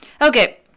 okay